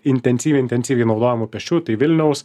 intensyviai intensyviai naudojamų pėsčiųjų tai vilniaus